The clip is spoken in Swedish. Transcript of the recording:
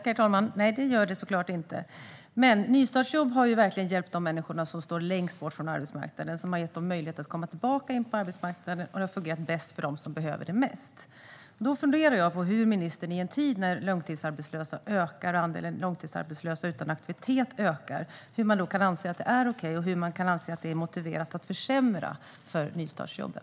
Herr talman! Nej, det gör det såklart inte. Men nystartsjobb har verkligen hjälpt de människor som står längst bort från arbetsmarknaden och gett dem möjlighet att komma tillbaka in på arbetsmarknaden. Detta har fungerat bäst för dem som behöver det mest. Jag funderar på hur ministern, i en tid när långtidsarbetslösheten och andelen långtidsarbetslösa utan aktivitet ökar, kan anse att detta är okej och att det är motiverat att försämra för nystartsjobben.